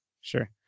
Sure